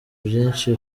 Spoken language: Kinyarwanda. byinshi